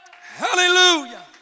Hallelujah